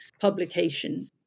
publication